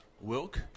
Wilk